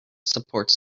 supports